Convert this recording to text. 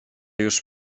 już